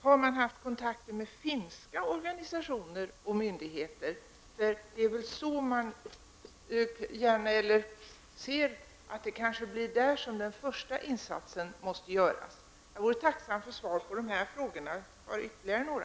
Har man haft kontakter med finska organisationer och myndigheter? Det är väl så att den första insatsen kanske måste ske där. Jag vore tacksam för svar på dessa frågor. Jag har ytterligare några.